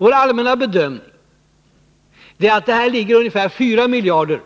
Vår allmänna bedömning är att detta projekt är ungefär 4 miljarder,